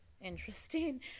interesting